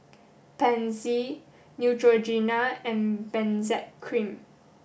Pansy Neutrogena and Benzac cream